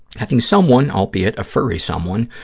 having someone, albeit a furry someone,